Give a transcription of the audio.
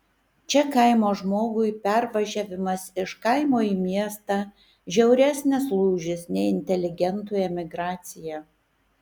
čia kaimo žmogui pervažiavimas iš kaimo į miestą žiauresnis lūžis nei inteligentui emigracija